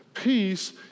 Peace